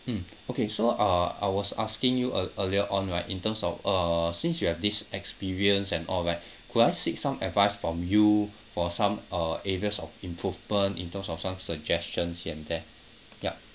mm okay so uh I was asking you ea~ earlier on right in terms of uh since you have this experience and all right could I seek some advice from you for some uh areas of improvement in terms of some suggestions here and there ya